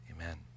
Amen